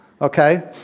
okay